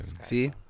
See